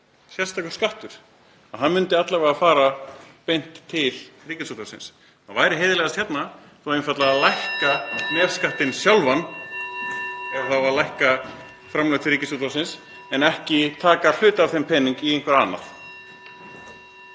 sérstakur skattur og hann myndi alla vega fara beint til Ríkisútvarpsins. Það væri heiðarlegast að lækka einfaldlega nefskattinn sjálfan ef það á að lækka framlög til Ríkisútvarpsins en ekki taka hluta af þeim pening í eitthvað annað.